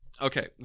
okay